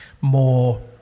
more